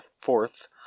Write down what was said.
fourth